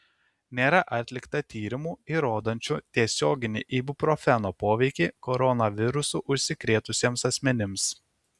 nėra atlikta tyrimų įrodančių tiesioginį ibuprofeno poveikį koronavirusu užsikrėtusiems asmenims